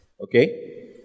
okay